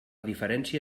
diferència